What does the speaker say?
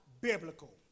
biblical